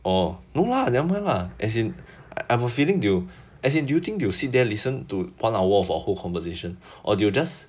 or no lah never mind lah as in I'm have a feeling you as in do you think you sit there listen to one hour of our whole conversation or do you just